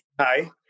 Hi